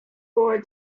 for